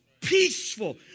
peaceful